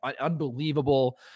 unbelievable